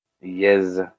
Yes